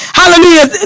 hallelujah